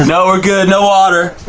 no, we're good. no water.